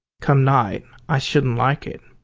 come night, i shouldn't like it,